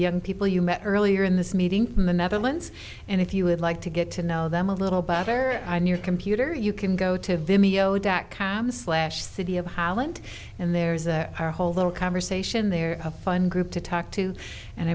young people you met earlier in this meeting from the netherlands and if you would like to get to know them a little better and your computer you can go to video dot com slash city of holland and there's a whole little conversation there a fun group to talk to and